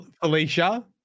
Felicia